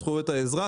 בזכויות האזרח,